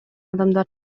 адамдар